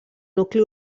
nucli